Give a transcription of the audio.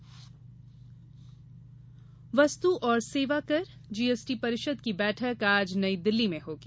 GST वस्तु और सेवा कर जीएसटी परिषद की बैठक आज नई दिल्ली में होगी